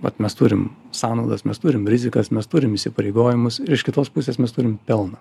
vat mes turim sąnaudas mes turim rizikas mes turim įsipareigojimus ir iš kitos pusės mes turim pelną